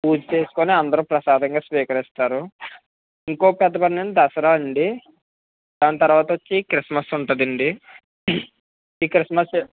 పూజ చేసుకుని అందరు ప్రసాదంగా స్వీకరిస్తారు ఇంకో పెద్ద పండుగ అంటే దసరా అండి దాని తరువాత వచ్చి క్రిస్మస్ ఉంటుందండి ఈ క్రిస్మస్